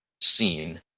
seen